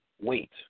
WAIT